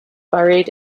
buried